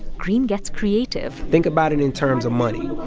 greene gets creative think about it in terms of money.